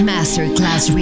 Masterclass